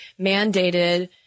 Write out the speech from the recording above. mandated